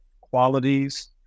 qualities